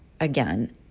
again